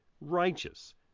Righteous